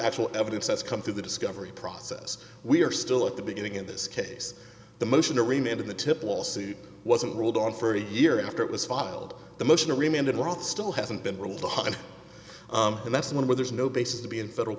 actual evidence that's come through the discovery process we are still at the beginning in this case the motion to remain in the tip lawsuit wasn't ruled on for a year after it was filed the motion remained a lot still hasn't been ruled behind and that's one where there's no basis to be in federal